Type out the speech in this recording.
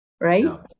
right